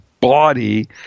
body